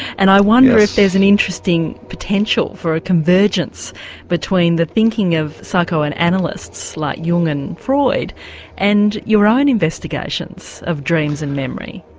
and i wonder if there's an interesting potential for a convergence between the thinking of psychoanalysists like jung and freud and your own investigations of dreams and memory.